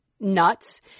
Nuts